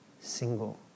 single